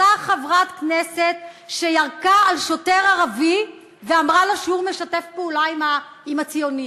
אותה חברת כנסת שירקה על שוטר ערבי ואמרה לו שהוא משתף פעולה עם הציונים